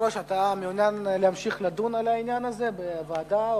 אתה מעוניין להמשיך לדון על העניין הזה בוועדה או במליאה?